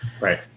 Right